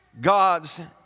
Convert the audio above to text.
God's